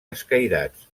escairats